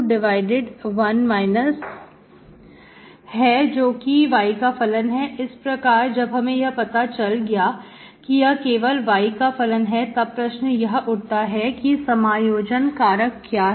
एक बार जब हमें यह पता चल गया कि यह केवल y का फलन है तब प्रश्न यह उठता है कि समायोजन कारक क्या है